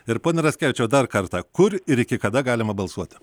ir pone raskevičiau dar kartą kur ir iki kada galima balsuoti